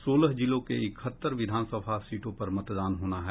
सोलह जिलों के इकहत्तर विधानसभा सीटों पर मतदान होना है